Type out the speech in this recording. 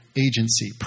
agency